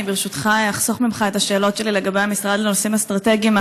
אני ברשותך אחסוך ממך את השאלות שלי לגבי המשרד לנושאים אסטרטגיים,